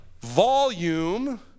volume